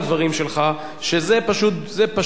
שזה פשוט לא מכבד,